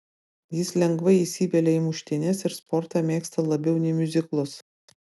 jis lengvai įsivelia į muštynes ir sportą mėgsta labiau nei miuziklus